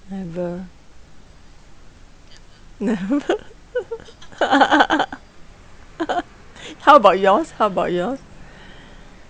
never never how about yours how about yours